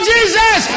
Jesus